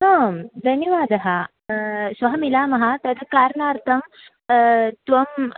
आं धन्यवादः श्वः मिलामः तद् कारणार्थं त्वं